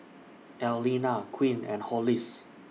Allena Quint and Hollis